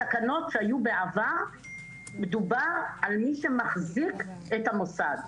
בתקנות שהיו בעבר מדובר על מי שמחזיק את המוסד.